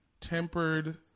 Tempered